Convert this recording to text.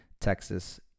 Texas